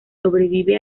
sobrevive